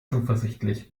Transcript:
zuversichtlich